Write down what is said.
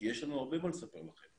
כי יש לנו הרבה מה לספר לכם.